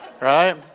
right